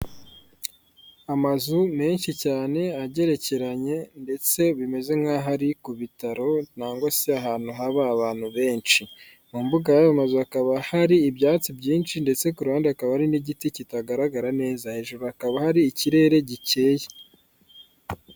Amazu menshi cyane agerekeranye ndetse bimeze nkaho ari ku bitaro nangwa se ahantu haba abantu benshi. Mu mbuga y'ayo mazu hakaba hari ibyatsi byinshi ndetse ku ruhande hakaba hari n'igiti kitagaragara neza, hejuru hakaba hari ikirere gikeye.